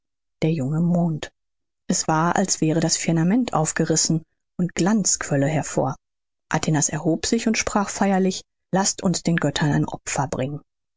der junge mond es war als wäre das firmament aufgeritzt und glanz quölle hervor atinas erhob sich und sprach feierlich laßt uns den göttern ein opfer bringen